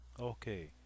Okay